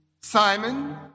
Simon